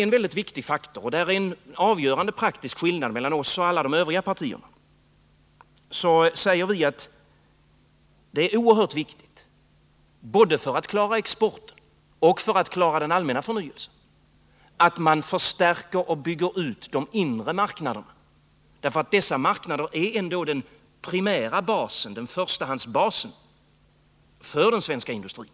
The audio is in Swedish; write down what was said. En väldigt viktig faktor — och här är det en avgörande praktisk skillnad mellan oss och alla övriga partier — både för att klara exporten och för att klara den allmänna förnyelsen är att man förstärker och bygger ut de inre marknaderna. Dessa marknader är ändå förstahandsbasen för den svenska industrin.